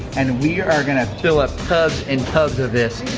and we are gonna fill up tubs and tubs of this,